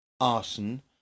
arson